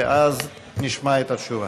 ואז נשמע את התשובה.